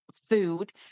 food